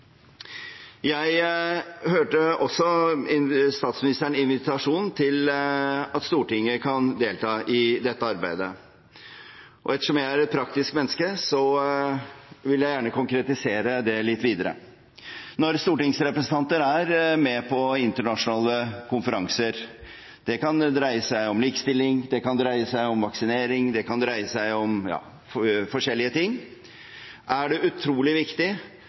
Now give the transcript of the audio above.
Jeg hørte også statsministerens invitasjon til at Stortinget kan delta i dette arbeidet. Ettersom jeg er et praktisk menneske, vil jeg gjerne konkretisere det litt. Når stortingsrepresentanter er med på internasjonale konferanser – det kan dreie seg om likestilling, vaksinering, ja forskjellige ting – er det utrolig viktig at vi har et godt samarbeid med de fagstatsrådene som er involvert. Det